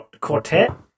Quartet